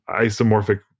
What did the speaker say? isomorphic